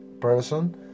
person